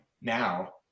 now